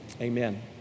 Amen